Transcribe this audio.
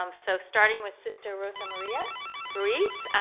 um so starting with sister rosa maria ruiz,